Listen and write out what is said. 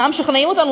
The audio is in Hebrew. מה משכנעים אותנו,